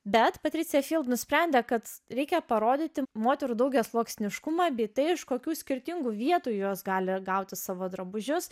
bet patricija nusprendė kad reikia parodyti moterų daugiasluoksniškumą britai iš kokių skirtingų vietų jos gali gauti savo drabužius